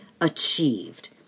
achieved